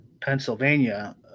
Pennsylvania